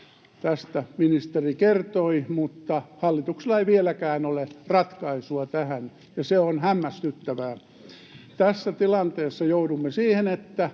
Tästä ministeri kertoi, mutta hallituksella ei vieläkään ole ratkaisua tähän, ja se on hämmästyttävää. Tässä tilanteessa joudumme siihen, että